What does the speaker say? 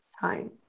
time